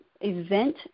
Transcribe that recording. event